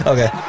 Okay